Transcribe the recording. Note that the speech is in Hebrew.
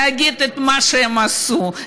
להגיד את מה שהם עשו,